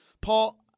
Paul